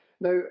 Now